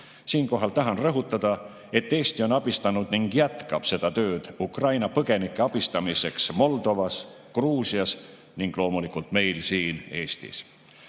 Siinkohal tahan rõhutada, et Eesti on abistanud ning jätkab seda tööd Ukraina põgenike abistamiseks Moldovas, Gruusias ning loomulikult meil siin Eestis.